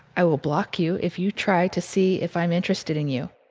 i will block you if you try to see if i'm interested in you.